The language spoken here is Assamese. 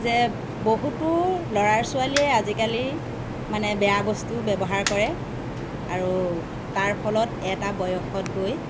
যে বহুতো ল'ৰা ছোৱালীয়ে আজিকালি মানে বেয়া বস্তু ব্যৱহাৰ কৰে আৰু তাৰ ফলত এটা বয়সত গৈ